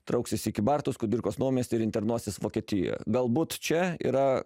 trauksis į kybartus kudirkos naumiestį ir internuosis vokietijoje galbūt čia yra